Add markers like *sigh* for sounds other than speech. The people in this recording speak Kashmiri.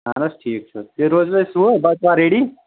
اَہن حظ ٹھیٖک چھُ *unintelligible* أسۍ *unintelligible* بَٹوار ریٚڈی